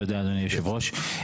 תודה אדוני יושב הראש.